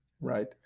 right